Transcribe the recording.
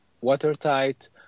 watertight